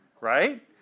Right